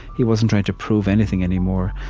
he wasn't trying to prove anything anymore.